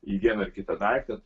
į vieną ar kitą daiktą tai j